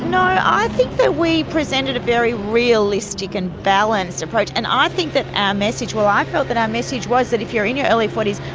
i think that we presented a very realistic and balanced approach and i think that our message, well, i felt that our message was that if you're in your early forty s,